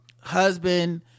husband